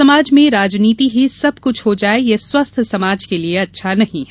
समाज में राजनीति ही सब कुछ हो जाये यह स्वस्थ समाज के लिए अच्छा नहीं है